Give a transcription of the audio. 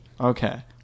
Okay